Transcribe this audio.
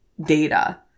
data